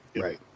Right